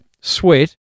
sweat